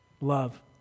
love